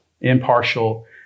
impartial